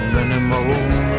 anymore